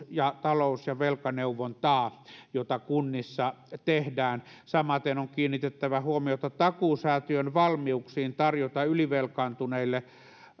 ja talous ja velkaneuvontaa jota kunnissa tehdään samaten on kiinnitettävä huomiota takuusäätiön valmiuksiin tarjota ylivelkaantuneille